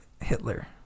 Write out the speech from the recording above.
hitler